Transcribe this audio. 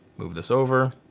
move this over.